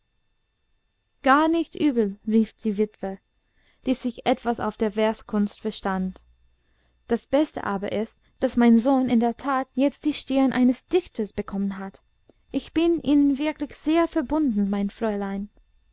gar nicht übel rief die witwe die sich etwas auf die verskunst verstand das beste aber ist daß mein sohn in der tat jetzt die stirn eines dichters bekommen hat ich bin ihnen wirklich sehr verbunden mein fräulein